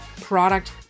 product